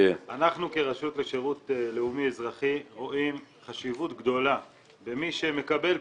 אנחנו כרשות לשירות לאומי אזרחי רואים חשיבות גדולה במי שמקבל פטור.